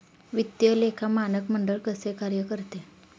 वित्तीय लेखा मानक मंडळ कसे कार्य करते?